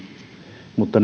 mutta